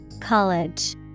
college